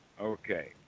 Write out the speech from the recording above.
Okay